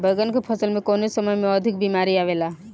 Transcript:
बैगन के फसल में कवने समय में अधिक बीमारी आवेला?